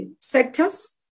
sectors